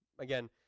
Again